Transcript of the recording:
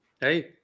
Hey